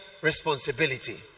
responsibility